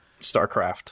StarCraft